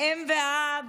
האם והאב